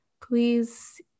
please